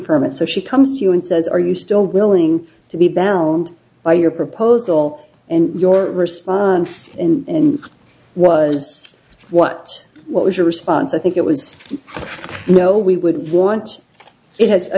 rm it so she comes to you and says are you still willing to be bound by your proposal and your response in was what what was your response i think it was you know we would want it has